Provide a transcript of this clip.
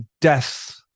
death